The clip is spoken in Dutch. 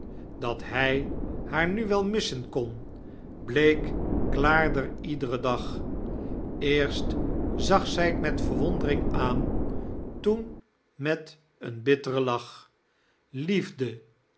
dat hfl haar nu wel missen kon bleek klaarder iedren dag eerst zag zfl t met verwondring aan toen met een bittren lach liefde